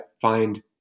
find